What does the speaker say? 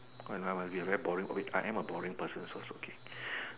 oh I must be a very boring oh I am a very boring person so it's okay